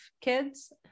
kids